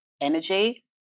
energy